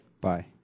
bye